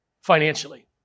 financially